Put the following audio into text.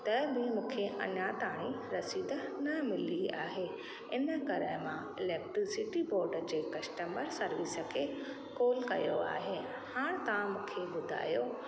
त बि मूंखे अञा ताणी रसीद न मिली आहे इन करे मां इलैक्ट्रिसिटी बोड जे कश्टमर सर्विस खे कॉल कयो आहे हाणे तव्हां मूंखे ॿुधायो